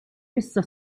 issa